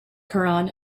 koran